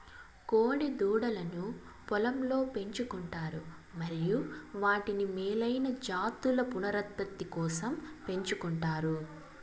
కోడె దూడలను పొలంలో పెంచు కుంటారు మరియు వాటిని మేలైన జాతుల పునరుత్పత్తి కోసం పెంచుకుంటారు